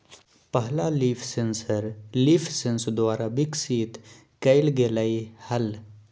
पहला leaf sensor LeafSens द्वारा विकसित कइल गेलय हल